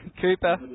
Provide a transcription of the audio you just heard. Cooper